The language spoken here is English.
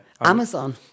Amazon